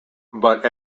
but